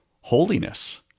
holiness